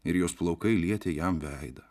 ir jos plaukai lietė jam veidą